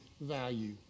value